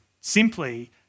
simply